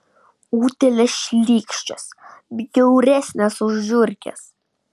utėlės šlykščios bjauresnės už žiurkes